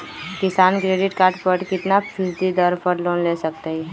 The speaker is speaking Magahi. किसान क्रेडिट कार्ड कितना फीसदी दर पर लोन ले सकते हैं?